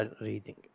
reading